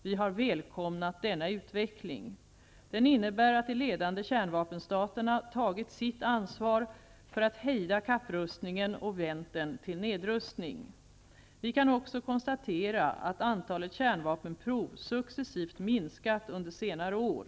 Vi har välkomnat denna utveckling. Den innebär att de ledande kärnvapenstaterna tagit sitt ansvar för att hejda kapprustningen och vänt den till nedrustning. Vi kan också konstatera att antalet kärnvapenprov successivt minskat under senare år.